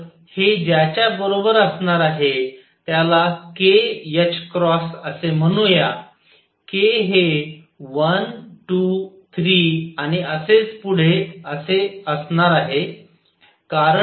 तर हे ज्याच्या बरोबर असणार आहे त्याला kℏ असे म्हणूया k हे 1 2 3 आणि असेच पुढे असे असणार आहे आहे